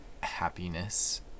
happiness